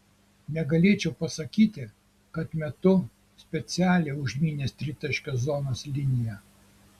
negalėčiau pasakyti kad metu specialiai užmynęs tritaškio zonos liniją